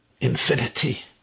infinity